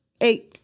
eight